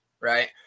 right